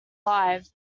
live